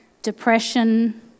Depression